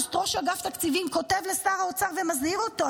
באוגוסט ראש אגף תקציבים כותב לשר האוצר ומזהיר אותו,